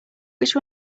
which